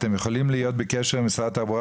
אתם יכולים להיות בקשר עם משרד התחבורה